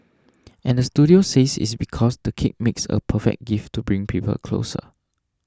and the studio says it's because the cake makes a perfect gift to bring people closer